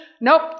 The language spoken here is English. Nope